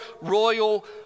royal